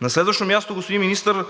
На следващо място, господин Министър,